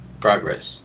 progress